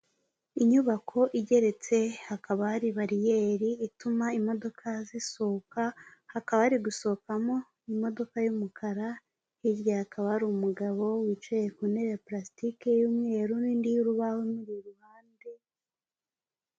Inyubako igeretse hakaba hari bariyeri ituma imodoka zisohoka, hakaba hari gusohokamo imodoka y'umukara hirya hakaba hari umugabo wicaye ku ntebe ya purasitike y'umweru n'indi y'urubaho imuri uruhansde.